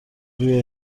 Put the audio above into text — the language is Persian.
روی